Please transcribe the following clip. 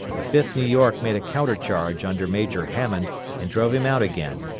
the fifth new york made a counter-charge under major hammond and drove him out again.